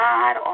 God